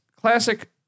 classic